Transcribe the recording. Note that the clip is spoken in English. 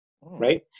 right